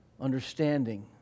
understanding